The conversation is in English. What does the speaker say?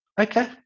Okay